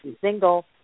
Single